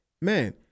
man